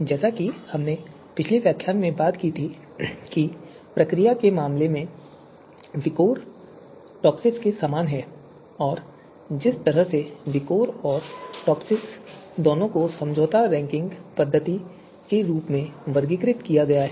जैसा कि हमने पिछले व्याख्यान में बात की थी कि प्रक्रिया के मामले में विकोर टॉपसिस के समान है और जिस तरह से विकोर और टॉपसिस दोनों को समझौता रैंकिंग पद्धति के रूप में वर्गीकृत किया गया है